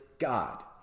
God